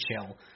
chill